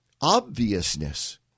obviousness